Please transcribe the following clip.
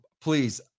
please